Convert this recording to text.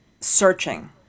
searching